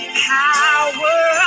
power